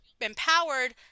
empowered